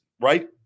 right